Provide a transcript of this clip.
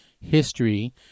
History